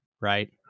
right